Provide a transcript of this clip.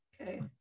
okay